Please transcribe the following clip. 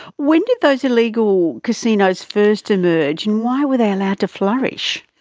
when did those illegal casinos first emerge and why were they allowed to flourish?